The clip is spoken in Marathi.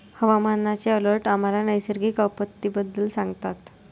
हवामानाचे अलर्ट आम्हाला नैसर्गिक आपत्तींबद्दल सांगतात